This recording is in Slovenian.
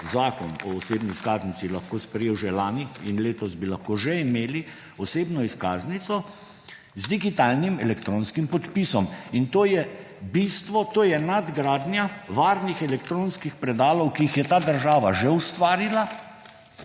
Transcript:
zakon o osebni izkaznici lahko sprejel že lani, in letos bi lahko že imeli osebno izkaznico z digitalnim elektronskim podpisom. In to je bistvo, to je nadgradnja varnih elektronskih predalov, ki jih je ta država že ustvarila.